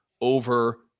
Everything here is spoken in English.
over